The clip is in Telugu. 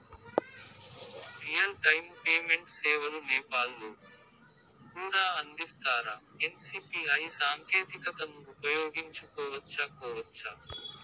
రియల్ టైము పేమెంట్ సేవలు నేపాల్ లో కూడా అందిస్తారా? ఎన్.సి.పి.ఐ సాంకేతికతను ఉపయోగించుకోవచ్చా కోవచ్చా?